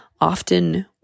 often